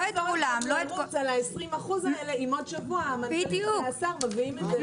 לא נקפוץ על ה-20% האלה אם בעוד שבוע תהיה הפרטה.